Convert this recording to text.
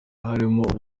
harimo